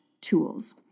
tools